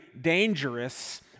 dangerous